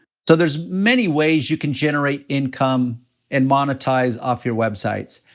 so there's many ways you can generate income and monetize off your websites.